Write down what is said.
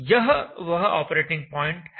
यह वह operating point है